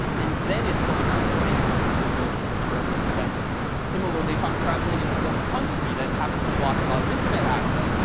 and then it's going out to facebook or google or wherever it's destined. similarly, if i'm traveling in a foreign country that happens happens to block a lot of internet access,